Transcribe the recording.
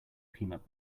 peanut